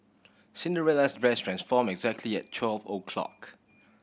Cinderella's dress transformed exactly at twelve o' clock